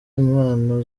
impano